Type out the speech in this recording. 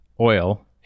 oil